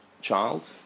child